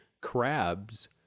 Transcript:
crabs